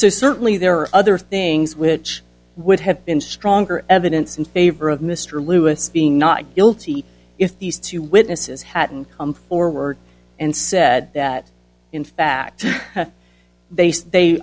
so certainly there are other things which would have been stronger evidence in favor of mr lewis being not guilty if these two witnesses hadn't come forward and said that in fact base they